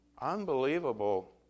Unbelievable